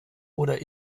oder